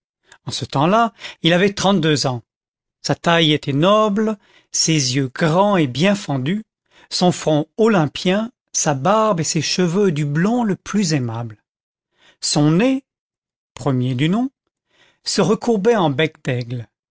en ce temps-là il avait trente-deux ans sa taille était noble ses yeux grands et bien fendus son front olympien sa barbe et ses cheveux du blond le plus aimable son nez premier du nom se recourbait en